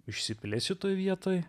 išsiplės šitoj vietoj